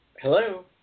Hello